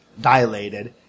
dilated